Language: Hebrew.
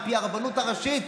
הרב שטרן,